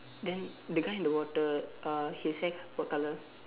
then the guy in the water uh his hair what colour